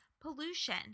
pollution